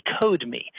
DecodeMe